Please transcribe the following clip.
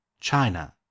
China